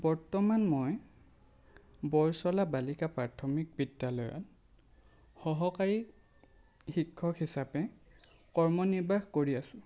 বৰ্তমান মই বৰচলা বালিকা প্ৰাথমিক বিদ্যালয়ত সহকাৰী শিক্ষক হিচাপে কৰ্ম নিৰ্বাহ কৰি আছোঁ